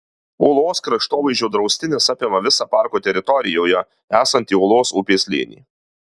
ūlos kraštovaizdžio draustinis apima visą parko teritorijoje esantį ūlos upės slėnį